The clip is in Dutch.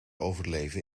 overleven